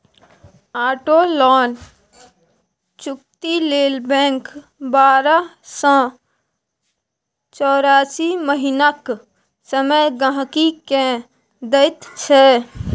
auto loan चुकती लेल bank बारह सँ चौरासी महीनाक समय गांहिकी केँ दैत छै